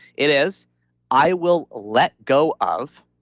it is i will let go of,